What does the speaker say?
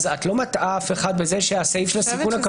את לא מטעה אף אחד בזה שהסעיף של הסיכון הכפול לא מתייחס לחריג.